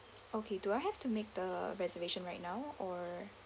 okay do I have to make the reservation right now or